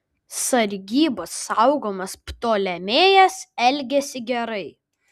sargybos saugomas ptolemėjas elgėsi gerai